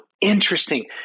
interesting